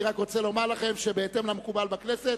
אני רק רוצה לומר לכם שבהתאם למקובל בכנסת